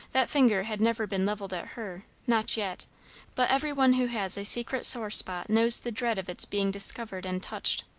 that finger had never been levelled at her, not yet but every one who has a secret sore spot knows the dread of its being discovered and touched.